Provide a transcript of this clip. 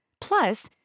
Plus